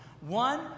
One